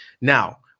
now